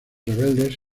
rebeldes